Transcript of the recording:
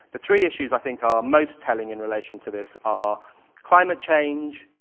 the three issues i think are most telling in relation to this are climate change,